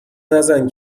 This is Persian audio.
نزن